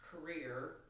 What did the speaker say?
career